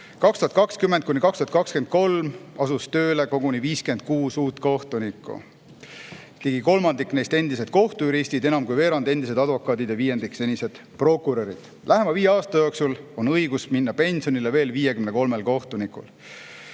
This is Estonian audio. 2020–2023 asus tööle koguni 56 uut kohtunikku. Ligi kolmandik neist endised kohtujuristid, enam kui veerand endised advokaadid ja viiendik senised prokurörid. Lähema viie aasta jooksul on õigus minna pensionile veel 53 kohtunikul.